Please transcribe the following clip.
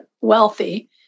wealthy